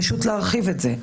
להרחיב את זה.